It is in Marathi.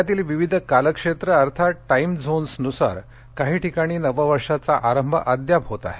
जगातील विविध कालक्षेत्र अर्थात टाईम झोन्सनुसार काही ठिकाणी नववर्षाचा आरंभ अद्याप होत आहे